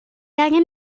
angen